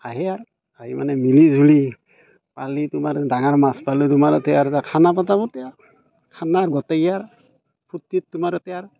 আহে আৰু আহি মানে মিলি জুলি পালে তোমাৰ ডাঙৰ মাছ পালে তোমাৰ তাতে আৰু খানা পতা পতি আৰু খানা গোটেই আৰু ফূৰ্তিত তোমাৰ তাতে আৰু